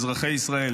אזרחי ישראל,